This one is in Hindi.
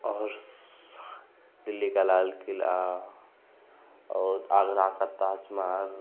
और दिल्ली का लाल किला और आगरा का ताजमहल